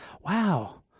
wow